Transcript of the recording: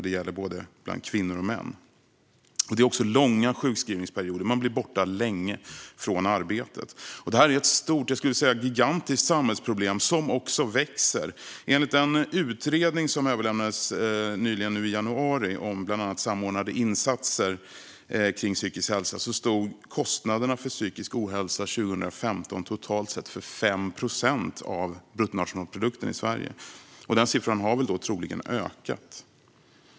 Det gäller både bland kvinnor och bland män. Det handlar också om långa sjukskrivningsperioder. Man blir borta länge från arbetet. Detta är ett gigantiskt samhällsproblem, som dessutom växer. Enligt den utredning som överlämnades i januari och som bland annat handlade om samordnade insatser kring psykisk hälsa stod kostnaderna för psykisk ohälsa 2015 totalt sett för 5 procent av bruttonationalprodukten i Sverige. Den siffran har troligen ökat.